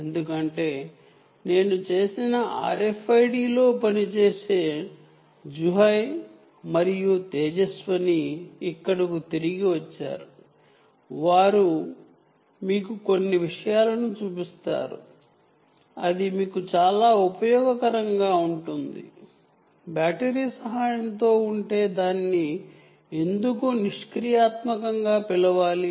ఎందుకంటే ల్యాబ్ లో RFID తో పనిచేసే జుహై మరియు తేజస్విని ఇక్కడే ఉన్నారు మరియు వారు మీకు కొన్ని విషయాలు చూపిస్తారు మరియు అది మీకు చాలా ఉపయోగకరంగా ఉంటుంది బ్యాటరీ సహాయంతో ఉంటే దాన్ని పాసివ్ గా ఎందుకు పిలుస్తారు